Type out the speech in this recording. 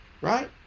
Right